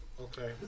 Okay